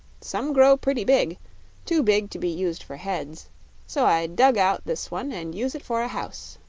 some grow pretty big too big to be used for heads so i dug out this one and use it for a house.